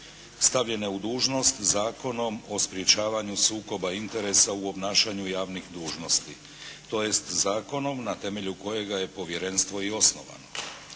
stavljene u dužnost Zakonom o sprječavanju sukoba interesa u obnašanju javnih dužnosti tj. zakonom na temelju kojega je povjerenstvo i osnovano,